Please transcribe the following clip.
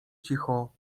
cicho